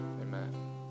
amen